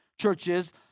churches